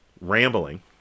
rambling